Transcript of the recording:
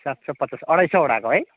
सात सौ पचास अढाई सौवटाको है